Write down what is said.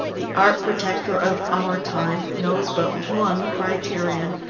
the art protector of our time knows but one criterion,